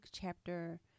chapter